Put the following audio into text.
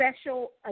special